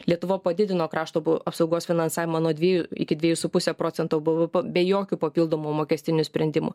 lietuva padidino krašto apsaugos finansavimą nuo dviejų iki dviejų su puse procento b v p be jokių papildomų mokestinių sprendimų